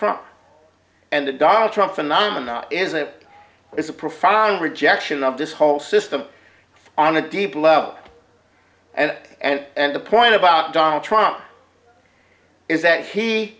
trump and the donald trump phenomenon is that it's a profound rejection of this whole system on a deep level and and the point about donald trump is that he